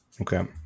Okay